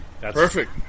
Perfect